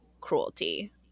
cruelty